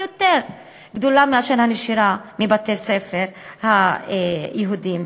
יותר גדולה מאשר הנשירה בבתי-הספר היהודיים.